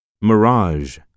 Mirage